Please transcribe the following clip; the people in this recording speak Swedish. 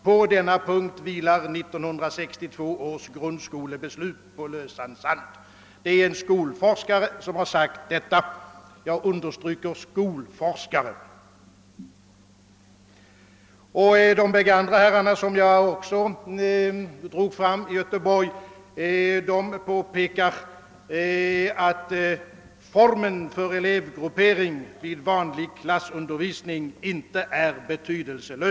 På denna punkt vilar 1962 års grundskolebeslut på lösan sand ———.» Jag vill understryka att det är en skolforskare som skrivit detta. De båda andra herrarna i Göteborg påpekar, som jag framhöll, att formen för elevgruppering vid vanlig klassundervisning inte är betydelselös.